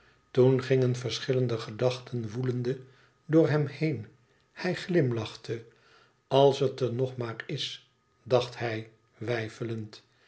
toen gingen verschillende gedachten woelende door hem heen hij glimlachte als het er nog maar is dacht hij